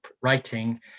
writing